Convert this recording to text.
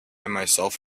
myself